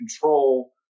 control